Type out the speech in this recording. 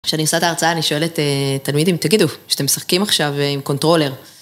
כשאני עושה את ההרצאה אני שואלת תלמידים, תגידו, שאתם משחקים עכשיו עם קונטרולר?